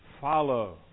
Follow